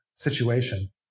situation